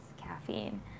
caffeine